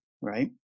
right